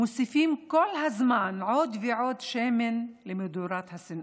מוסיפים כל הזמן עוד ועוד שמן למדורת השנאה,